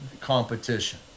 competition